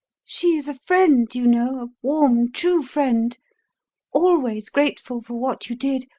she is a friend, you know, a warm, true friend always grateful for what you did,